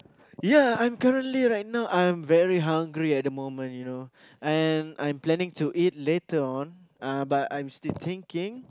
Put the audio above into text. ya I'm currently right now I'm very hungry at the moment you know and I'm planning to eat later on but I'm still thinking